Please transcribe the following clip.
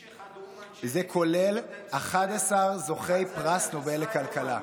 יש אחד אומן, וזה כולל 11 זוכי פרס נובל לכלכלה.